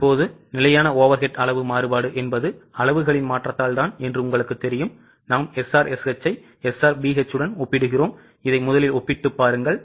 இப்போது நிலையான overhead அளவு மாறுபாடு என்பது அளவுகளின் மாற்றத்தால் தான் என்று உங்களுக்குத் தெரியும் நாம் SRSH ஐ SRBH உடன் ஒப்பிடுகிறோம் இதை முதலில் ஒப்பிட்டுப் பாருங்கள்